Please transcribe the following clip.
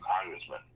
congressman